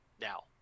Now